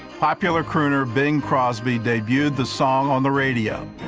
popular crooner bing crosby debuted the song on the radio.